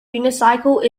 unicycle